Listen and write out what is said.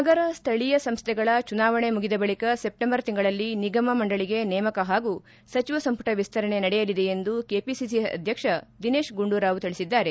ನಗರ ಸ್ವಳೀಯ ಸಂಸ್ಥೆಗಳ ಚುನಾವಣೆ ಮುಗಿದ ಬಳಿಕ ಸೆಪ್ಷಂಬರ್ ತಿಂಗಳಲ್ಲಿ ನಿಗಮ ಮಂಡಳಿಗೆ ನೇಮಕ ಹಾಗೂ ಸಚಿವ ಸಂಮಟ ವಿಸ್ತರಣೆ ನಡೆಯಲಿದೆ ಎಂದು ಕೆಪಿಸಿಸಿ ಅಧ್ಯಕ್ಷ ದಿನೇಶ್ ಗುಂಡೂರಾವ್ ತಿಳಿಸಿದ್ದಾರೆ